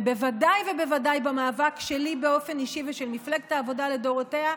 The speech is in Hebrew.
ובוודאי ובוודאי המאבק שלי באופן אישי ושל מפלגת העבודה לדורותיה,